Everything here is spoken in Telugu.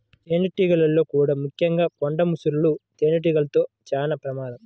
తేనెటీగల్లో కూడా ముఖ్యంగా కొండ ముసురు తేనెటీగలతో చాలా ప్రమాదం